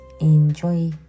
Enjoy